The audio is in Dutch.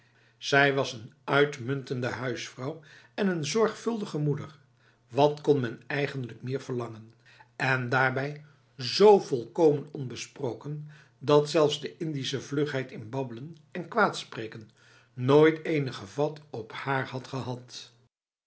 zij was een uitmuntende huisvrouw en een zorgvuldige moedeif wat kon men eigenlijk meer verlangen en daarbij z volkomen onbesproken dat zelfs de indische vlugheid in babbelen en kwaadspreken nooit enige vat op haar had gehad